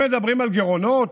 הם מדברים על גירעונות?